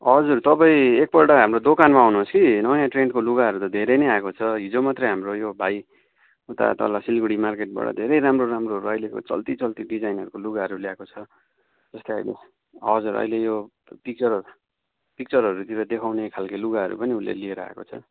हजुर तपाईँ एकपल्ट हाम्रो दोकानमा आउनुहोस् कि नयाँ ट्रेन्डको लुगाहरू त धेरै नै आएको छ हिजो मात्रै हाम्रो यो भाइ उता तल सिलगढी मार्केटबाट धेरै राम्रो राम्रोहरू अहिलेको चल्ती चल्ती डिजाइनहरूको लुगाहरू ल्याएको छ त्यसलाई अब हजुर अहिले यो पिक्चर पिक्चरहरूतिर देखाउने खाल्के लुगाहरू पनि उसले लिएर आएको छ